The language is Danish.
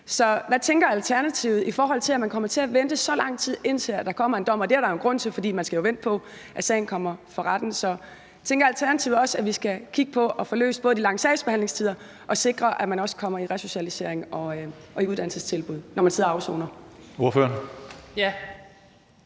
Så hvad tænker Alternativet, i forhold til at man kommer til at vente så lang tid, inden der kommer en dom? Det er der jo en grund til, for man skal vente på, at sagen kommer for retten, så tænker Alternativet også, at vi både skal kigge på at få løst de lange sagsbehandlingstider og sikre, at man også kommer i resocialisering og uddannelsestilbud, når man sidder og afsoner?